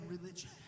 religion